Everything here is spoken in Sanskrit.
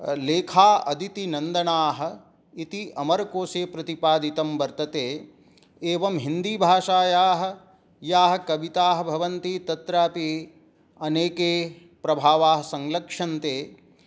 लेखाः अदितिनन्दनाः इति अमरकोशे प्रतिपादितं वर्तते एवं हिन्दीभाषायाः याः कविताः भवन्ति तत्रापि अनेके प्रभावः संलक्ष्यन्ते